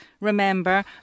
remember